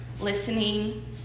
listening